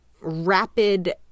rapid